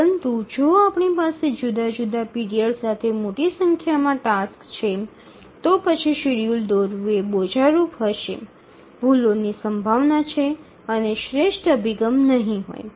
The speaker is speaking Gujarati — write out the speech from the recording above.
પરંતુ જો આપણી પાસે જુદા જુદા પીરિયડ સાથે મોટી સંખ્યામાં ટાસક્સ છે તો પછી શેડ્યૂલ દોરવું એ બોજારૂપ હશે ભૂલોની સંભાવના છે અને શ્રેષ્ઠ અભિગમ નહીં હોય